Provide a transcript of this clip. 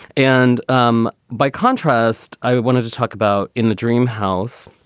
and um by contrast, i wanted to talk about in the dreamhouse,